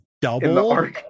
Double